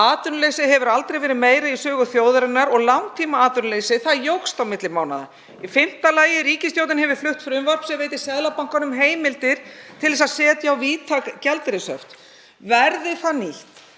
Atvinnuleysi hefur aldrei verið meira í sögu þjóðarinnar og langtímaatvinnuleysi jókst á milli mánaða. Í fimmta lagi: Ríkisstjórnin hefur flutt frumvarp sem veitir Seðlabankanum heimildir til þess að setja á víðtæk gjaldeyrishöft. Verði það nýtt